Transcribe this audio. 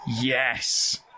Yes